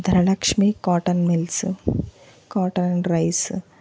Dhanalakshmi cotton mills cotton rice